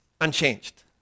unchanged